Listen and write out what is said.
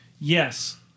Yes